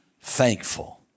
thankful